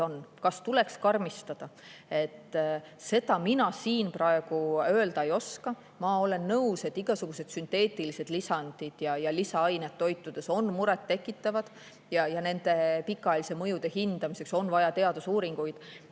on, kas neid tuleks karmistada, mina siin praegu öelda ei oska. Ma olen nõus, et igasugused sünteetilised lisandid ja lisaained toitudes on muret tekitavad ja nende pikaajaliste mõjude hindamiseks on vaja teadusuuringuid.